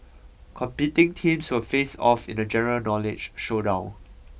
competing teams so face off in a general knowledge showdown